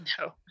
no